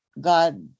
God